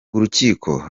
urukiko